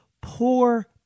poor